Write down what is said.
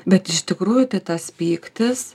bet iš tikrųjų tai tas pyktis